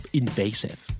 invasive